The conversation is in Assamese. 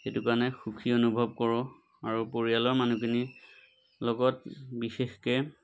সেইটো কাৰণে সুখী অনুভৱ কৰোঁ আৰু পৰিয়ালৰ মানুহখিনিৰ লগত বিশেষকৈ